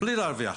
בלי להרוויח